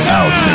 out